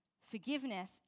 Forgiveness